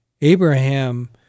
Abraham